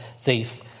thief